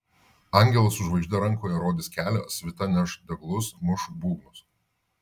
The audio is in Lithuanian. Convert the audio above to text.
angelas su žvaigžde rankoje rodys kelią svita neš deglus muš būgnus